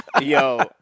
Yo